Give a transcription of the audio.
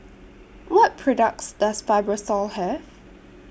What products Does Fibrosol Have